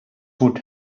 would